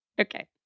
Okay